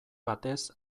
batez